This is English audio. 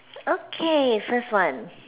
okay first one